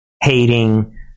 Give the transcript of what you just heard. hating